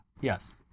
Yes